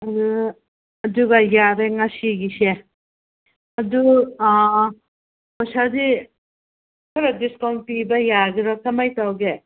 ꯑꯗꯨ ꯑꯗꯨꯒ ꯌꯥꯔꯦ ꯉꯁꯤꯒꯤꯁꯦ ꯑꯗꯨ ꯄꯩꯁꯥꯗꯤ ꯈꯔ ꯗꯤꯁꯀꯥꯎꯟ ꯄꯤꯕ ꯌꯥꯒꯦꯔꯣ ꯀꯃꯥꯏꯅ ꯇꯧꯒꯦ